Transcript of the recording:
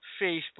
Facebook